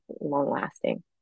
long-lasting